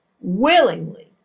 willingly